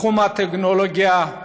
בתחום הטכנולוגיה,